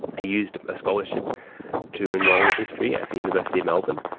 he used a scholarship to enrol in history at the university of melbourne,